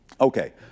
Okay